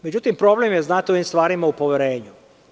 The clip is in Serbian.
Međutim, problem je u ovim stvarima o poverenju.